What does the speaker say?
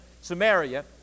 Samaria